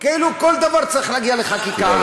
כאילו כל דבר צריך להגיע לחקיקה.